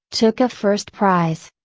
took a first prize.